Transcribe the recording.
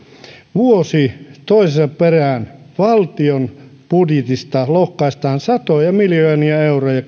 vuosi toisensa perään valtion budjetista lohkaistaan satoja miljoonia euroja